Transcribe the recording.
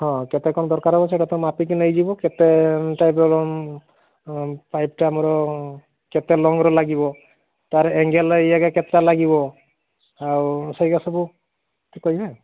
ହଁ କେତେ କ'ଣ ଦରକାର ହେବ ସେଇଟା ତ ମାପିକି ନେଇଯିବ କେତେ ଟାଇପ୍ର ଅଁ ପାଇପ୍ଟା ଆମର କେତେ ଲମ୍ବର ଲାଗିବ ତାର ଆଙ୍ଗେଲ ଏଇ ଆଗେ କେତେଟା ଲାଗିବ ଆଉ ସେଇଗା ସବୁ କହିବେ